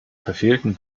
verfehlten